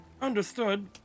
Understood